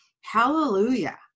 Hallelujah